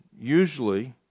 usually